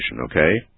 okay